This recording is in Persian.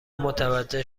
متوجه